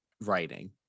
writing